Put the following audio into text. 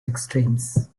extremes